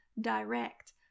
direct